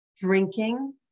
Drinking